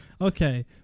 Okay